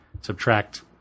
subtract